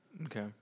Okay